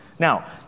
Now